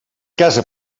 casa